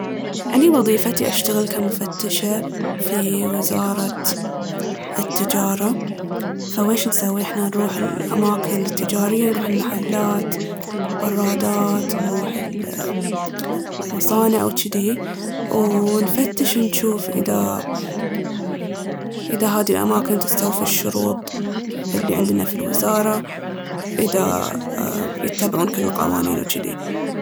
أني وظيفتي أشتغل كمفتشة في وزارة التجارة، فويش نسوي؟ احنا نروح الأماكن التجارية، نروح المحلات، البرادات، نروح المصانع وجدي. ونفتش، نجوف اذا هادي الأماكن تستوفي الشروط اللي عندنا في الوزارة، اذا يتبعون كل القوانين وجدي.